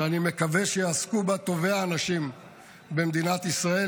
שאני מקווה שיעסקו בה טובי האנשים במדינת ישראל,